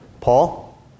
Paul